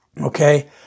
Okay